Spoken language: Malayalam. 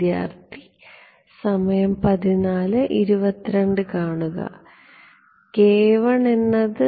വിദ്യാർത്ഥി k1 എന്നത്